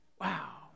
Wow